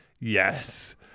Yes